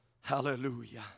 Hallelujah